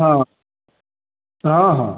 हाँ हाँ हाँ